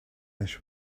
ash